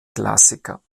klassiker